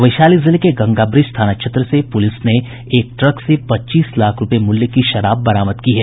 वैशाली जिले के गंगाब्रिज थाना क्षेत्र से पुलिस ने एक ट्रक से पच्चीस लाख रूपये मूल्य की शराब बरामद की है